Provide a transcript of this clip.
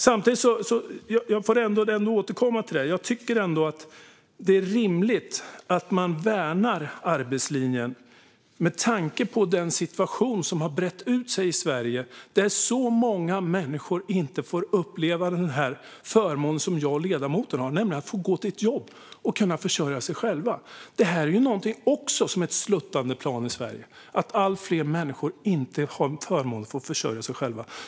Jag får ändå återkomma till detta: Jag tycker att det är rimligt att värna arbetslinjen med tanke på den situation som har brett ut sig i Sverige, där så många människor inte får uppleva den förmån som jag och ledamoten har, nämligen att få gå till ett jobb och kunna försörja oss själva. Detta är också ett sluttande plan i Sverige: att allt fler människor inte har förmånen att få försörja sig själva.